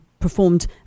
performed